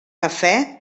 cafè